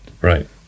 Right